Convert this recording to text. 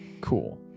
Cool